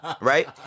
right